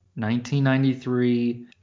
1993